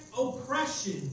oppression